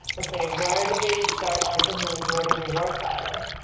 ok, where do we start our business? where do we work out of?